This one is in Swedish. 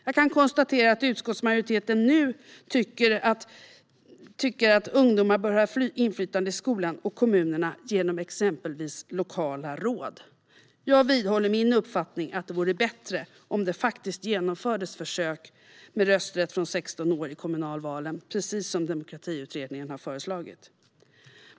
Jag kan konstatera att utskottsmajoriteten nu tycker att ungdomar bör ha inflytande i skolan och kommunerna genom exempelvis lokala råd. Jag vidhåller min uppfattning att det vore bättre om det faktiskt genomfördes försök med rösträtt från 16 år i kommunalvalen, precis som Demokratiutredningen har föreslagit.